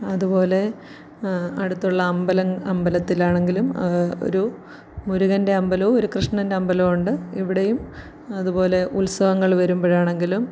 അതുപോലെ അടുത്തുള്ള അമ്പല അമ്പലത്തിലാണെങ്കിലും ഒരു മുരുകൻ്റെ അമ്പലവും ഒരു കൃഷ്ണൻ്റെ അമ്പലവും ഉണ്ട് ഇവിടെയും അതുപോലെ ഉത്സവങ്ങൾ വരുമ്പോഴാണെങ്കിലും